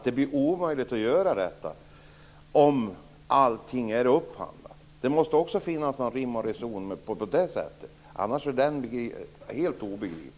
Det blir omöjligt att göra detta om allt är upphandlat. Det måste också finnas någon rim och reson på det sättet, annars är detta helt obegripligt.